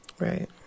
Right